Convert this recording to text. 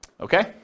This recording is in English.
okay